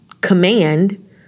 command